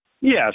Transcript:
Yes